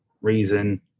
reason